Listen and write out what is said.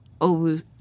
over